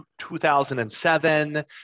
2007